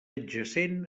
adjacent